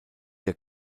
der